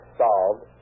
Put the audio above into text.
solved